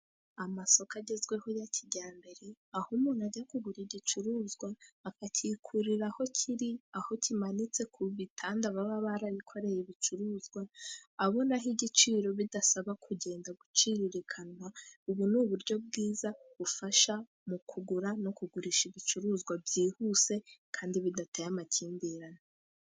Amasoko agezweho ya kijyambere, aho umuntu ajya kugura igicuruzwa akakikurira aho kiri, aho kimanitse ku bitanda, baba barabikoreye ibicuruzwa, abonaho igiciro bidasaba kugenda guciririkanwa, ubu ni uburyo bwiza bufasha mu kugura no kugurisha ibicuruzwa byihuse, kandi bidateye amakimbirane.